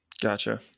Gotcha